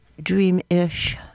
dream-ish